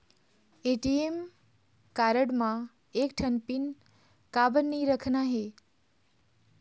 ATM card म एक ठन पिन काबर नई रखना हे?